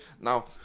now